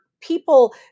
people